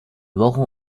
wochen